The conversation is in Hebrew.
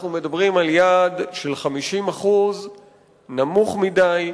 אנחנו מדברים על יעד של 50% נמוך מדי,